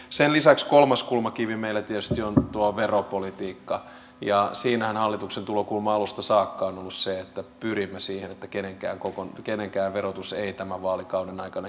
sen lisäksi kolmas kulmakivi meillä tietysti on tuo veropolitiikka ja siinähän hallituksen tulokulma alusta saakka on ollut se että pyrimme siihen että kenenkään verotus ei tämän vaalikauden aikana kiristy